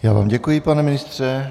Já vám děkuji, pane ministře.